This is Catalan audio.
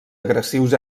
agressius